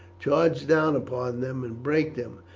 charge down upon them and break them,